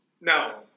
no